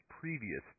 previous